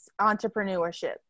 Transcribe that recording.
entrepreneurship